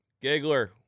Giggler